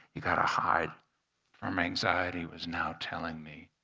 you've got to hide from anxiety, was now telling me,